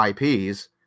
IPs